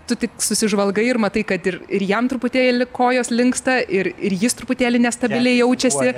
tu tik susižvalgai ir matai kad ir ir jam truputėlį kojos linksta ir ir jis truputėlį nestabiliai jaučiasi